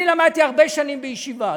אני למדתי הרבה שנים בישיבה.